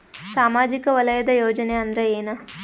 ಸಾಮಾಜಿಕ ವಲಯದ ಯೋಜನೆ ಅಂದ್ರ ಏನ?